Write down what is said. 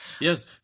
Yes